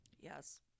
Yes